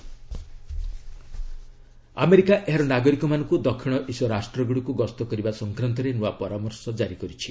US advisory America ଏହାର ନାଗରିକମାନଙ୍କୁ ଦକ୍ଷିଣ ଏସୀୟ ରାଷ୍ଟ୍ରଗୁଡ଼ିକୁ ଗସ୍ତ କରିବା ସଂକ୍ରାନ୍ତରେ ନୂଆ ପରାମର୍ଶ ଜାରି କରିଛି